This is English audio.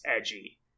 edgy